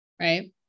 Right